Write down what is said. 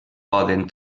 poden